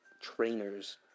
trainers